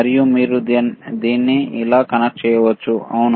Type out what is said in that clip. మరియు మీరుదీన్ని ఇలా కనెక్ట్ చేయవచ్చు అవును